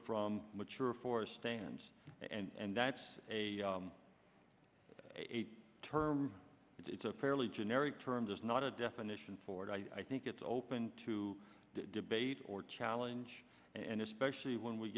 from mature for stand and that's a a term it's a fairly generic term just not a definition for it i think it's open to debate or challenge and especially when we